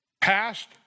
Past